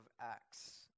Acts